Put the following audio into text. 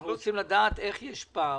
אנחנו מבקשים לדעת איך יש פער.